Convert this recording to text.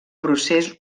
procés